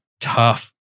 tough